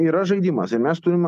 yra žaidimas ir mes turim